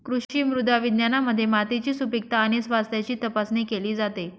कृषी मृदा विज्ञानामध्ये मातीची सुपीकता आणि स्वास्थ्याची तपासणी केली जाते